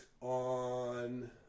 on